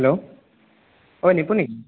hello অ'ই নিপু নেকি